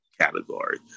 category